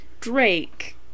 Drake